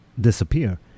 disappear